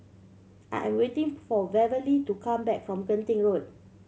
I am waiting for Beverly to come back from Genting Road